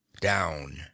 Down